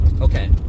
okay